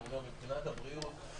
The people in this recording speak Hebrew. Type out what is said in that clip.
מבחינת הבריאות,